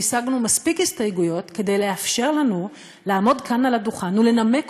והשגנו מספיק הסתייגויות כדי לאפשר לנו לעמוד כאן על הדוכן ולנמק